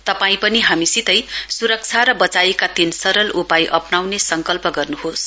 तपाई पनि हामीसितै सुरक्षा र वचाइका तीन सरल उपाय अप्नाउने संकल्प गर्नुहोस